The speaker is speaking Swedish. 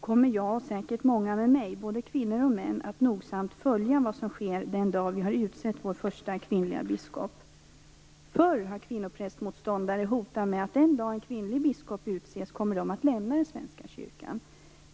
kommer jag - och säkert många med mig, både kvinnor och män - att nogsamt följa vad som sker den dag som vår första kvinnliga biskop har utsetts. Förr hotade kvinnoprästmotståndare med att den dag som en kvinnlig biskop utses kommer de att lämna Svenska kyrkan.